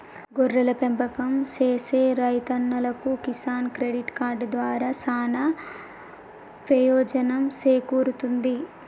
గొర్రెల పెంపకం సేసే రైతన్నలకు కిసాన్ క్రెడిట్ కార్డు దారా సానా పెయోజనం సేకూరుతుంది